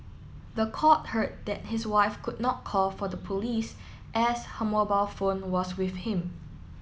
the court heard that his wife could not call for the police as her mobile phone was with him